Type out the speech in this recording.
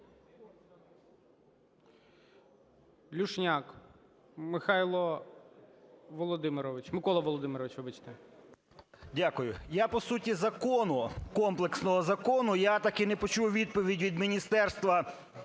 Дякую. Я по суті закону, комплексного закону. Я так і не почув відповідь від міністерства.